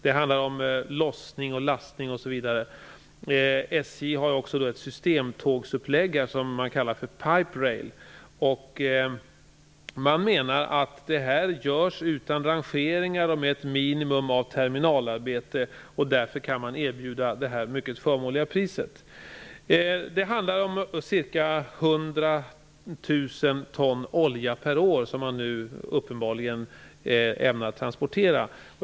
Det handlar om lossning och lastning m.m. SJ har också ett systemtågsupplägg som man kallar för pipe-rail. Man menar att detta görs utan rangeringar och med ett minimum av terminalarbete. Därför kan man erbjuda det här mycket förmånliga priset. Det handlar om ca 100 000 ton olja per år som man uppenbarligen ämnar transportera.